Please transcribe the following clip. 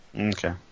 Okay